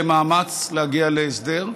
למאמץ להגיע להסדר.